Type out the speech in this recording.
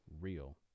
real